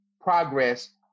progress